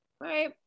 right